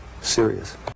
serious